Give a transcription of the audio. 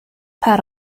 pad